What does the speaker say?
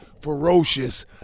ferocious